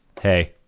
Hey